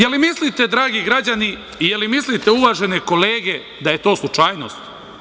Da li mislite, dragi građani, da li mislite uvažene kolege da je to slučajnost?